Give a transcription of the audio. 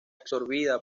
absorbida